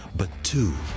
but two.